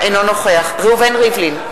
אינו נוכח ראובן ריבלין,